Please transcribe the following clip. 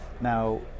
now